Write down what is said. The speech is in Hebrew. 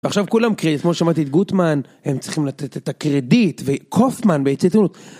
ועכשיו כולם קרדיט, כמו שמעתי את גוטמן, הם צריכים לתת את הקרדיט, וקופמן בעצמנות.